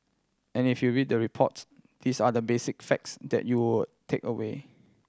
and if you read the reports these are the basic facts that you will take away